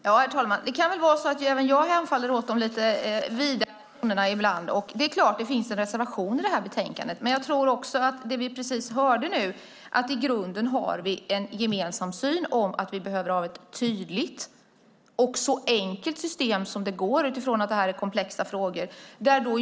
Herr talman! Det kan nog vara så att även jag hemfaller åt de lite vida tonerna ibland. Det är klart att det finns en reservation i det här betänkandet. Nu hörde vi precis att vi i grunden har en gemensam syn på att vi behöver ha ett tydligt och så enkelt system som möjligt utifrån att detta är komplexa frågor.